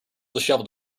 dishevelled